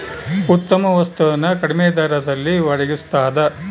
ಉತ್ತಮ ವಸ್ತು ನ ಕಡಿಮೆ ದರದಲ್ಲಿ ಒಡಗಿಸ್ತಾದ